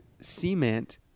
cement